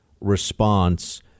response